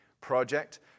project